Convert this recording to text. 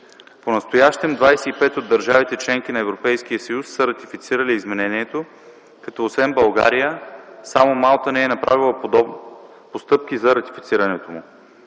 Понастоящем 25 от държавите – членки на Европейския съюз, са ратифицирали изменението, като освен България само Малта не е направила постъпки за ратифицирането му.